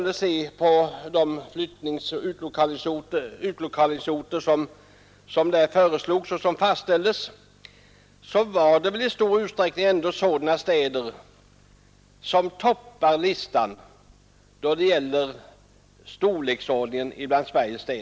De inflyttningsoch utlokaliseringsorter som där föreslogs och fastställdes var i stor utsträckning sådana städer som toppar listan över Sveriges städer i storleksordning.